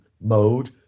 mode